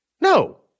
No